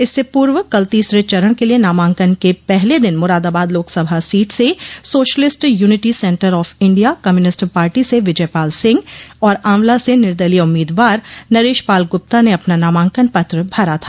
इससे पूर्व कल तीसरे चरण के लिए नामांकन के पहले दिन मुरादाबाद लोकसभा सीट से socialist unity centre of India communist party से विजय पाल सिंह और आंवला से निर्दलीय उम्मीदवार नरेश पाल गुप्ता ने अपना नामांकन पत्र भरा था